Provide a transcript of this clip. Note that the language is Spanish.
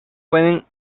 pueden